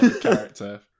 character